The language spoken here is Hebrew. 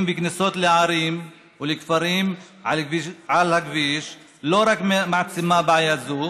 וכניסות לערים ולכפרים על הכביש לא רק מעצימה בעיה זו